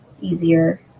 Easier